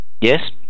Yes